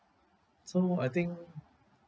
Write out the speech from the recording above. so I think